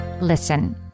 Listen